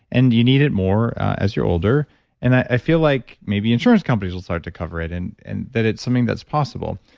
and you need it more as you're older and i feel like maybe insurance companies will start to cover it, and and that it's something that's possible,